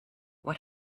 what